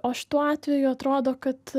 o šituo atveju atrodo kad